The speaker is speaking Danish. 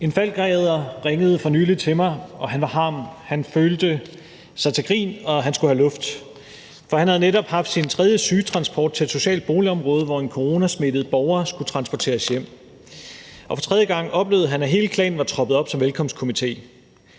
En falckredder ringede for nylig til mig, og han var harm. Han følte sig til grin, og han skulle have luft, for han havde netop haft sin tredje sygetransport til et socialt boligområde, hvor en coronasmittet borger skulle transporteres hjem, og for tredje gang oplevede han, at hele klanen var troppet op som velkomstkomité.